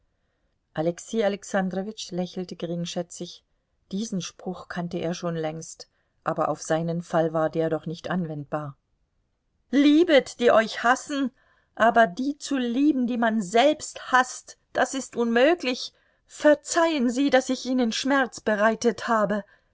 alexei alexandrowitsch lächelte geringschätzig diesen spruch kannte er schon längst aber auf seinen fall war der doch nicht anwendbar liebet die euch hassen aber die zu lieben die man selbst haßt das ist unmöglich verzeihen sie daß ich ihnen schmerz bereitet habe